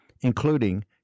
including